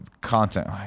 content